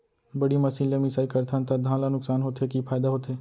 बड़ी मशीन ले मिसाई करथन त धान ल नुकसान होथे की फायदा होथे?